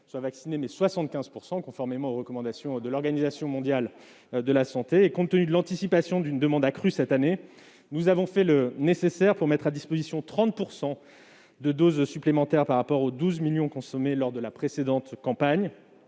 soient vaccinés, mais 75 %, conformément aux recommandations de l'Organisation mondiale de la santé. Compte tenu de l'anticipation d'une demande accrue cette année, nous avons fait le nécessaire pour mettre à disposition 30 % de doses supplémentaires par rapport aux 12 millions consommées lors de la précédente campagne.